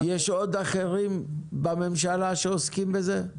יש עוד אחרים בממשלה שעוסקים בזה?